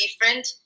different